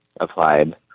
applied